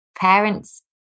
Parents